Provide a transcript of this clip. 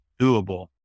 doable